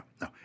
no